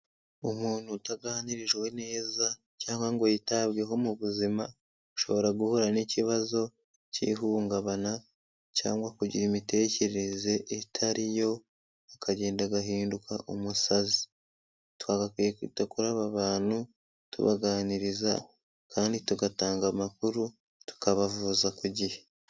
Umuntu utaganirijwe neza cyangwa ngo yitabweho mu buzima, ashobora guhura n'ikibazo cy'ihungabana cyangwa kugira imitekerereze itariyo, akagenda agahinduka umusazi. Twagakwiye kwita kuri aba bantu, tubaganiriza kandi tugatanga amakuru, tukabavuza ku gihe.